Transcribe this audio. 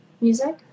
music